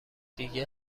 دیگه